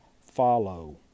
follow